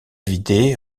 vidé